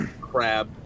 crab